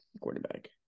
quarterback